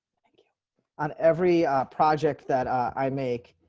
you know on every project that i make.